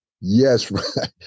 Yes